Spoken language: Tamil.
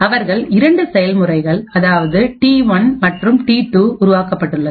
அவர்களால் இரண்டு செயல்முறைகள் அதாவது T1 மற்றும் T2 உருவாக்கப்பட்டுள்ளது